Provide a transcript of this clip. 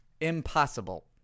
Impossible